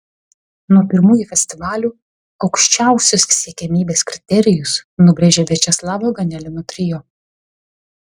nuo pirmųjų festivalių aukščiausius siekiamybės kriterijus nubrėžė viačeslavo ganelino trio